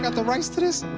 the rights to this?